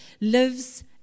lives